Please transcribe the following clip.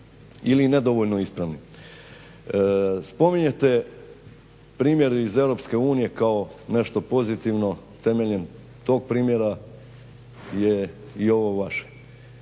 ili nedovoljno ispravni. Spominjete primjer iz EU kao nešto pozitivno, temeljem tog primjera je i ovo vaše.